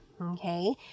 okay